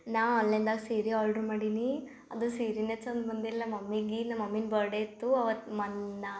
ನಾ ಆನ್ಲೈನ್ದಾಗ ಸೀರಿ ಆರ್ಡ್ರು ಮಾಡೀನಿ ಅದು ಸೀರಿನೆ ಚಂದ ಬಂದಿಲ್ಲ ಮಮ್ಮಿಗೆ ನಮ್ಮ ಮಮ್ಮಿಂದ ಬರ್ಡೆ ಇತ್ತು ಅವತ್ತು ಮನ್ನಾ